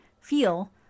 Feel